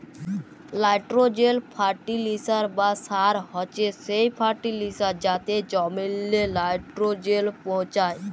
লাইটোরোজেল ফার্টিলিসার বা সার হছে সেই ফার্টিলিসার যাতে জমিললে লাইটোরোজেল পৌঁছায়